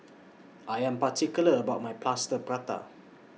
I Am particular about My Plaster Prata